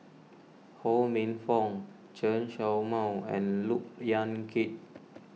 Ho Minfong Chen Show Mao and Look Yan Kit